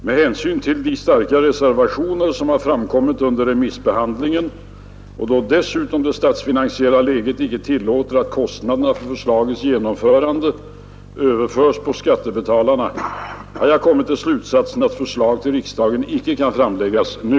Med hänsyn till de starka reservationer som framkommit under remissbehandlingen och då dessutom det statsfinansiella läget inte tillåter att kostnaderna för förslagets genomförande överförs på skattebetalarna har jag kommit till slutsatsen att förslag till riksdagen inte kan framläggas nu.